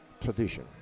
tradition